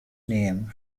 name